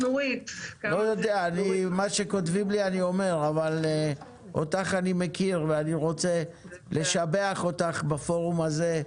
אותך אני מכיר ואני רוצה לשבח אותך בפורום הזה,